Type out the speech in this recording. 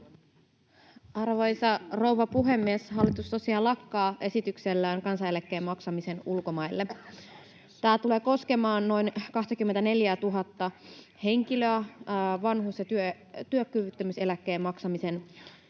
Arvoisa rouva puhemies! Hallitus tosiaan lakkauttaa esityksellään kansaneläkkeen maksamisen ulkomaille. Tämä tulee koskemaan noin 24 000:ta henkilöä. Vanhuus‑ ja työkyvyttömyyseläkkeen maksaminen loppuu